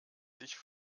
sich